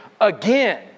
again